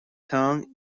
tongue